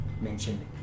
mentioned